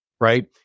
right